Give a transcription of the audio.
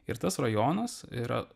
ir tas rajonas yra